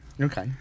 Okay